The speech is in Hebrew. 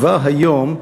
כבר היום,